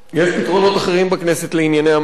יש פתרונות אחרים בכנסת לענייני המים.